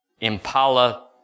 Impala